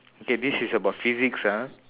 okay this is about physics ah